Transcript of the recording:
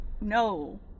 No